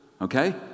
Okay